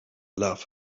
love